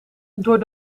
door